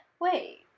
Wait